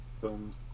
films